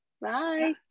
bye